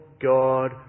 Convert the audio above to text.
God